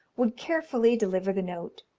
would carefully deliver the note,